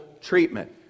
treatment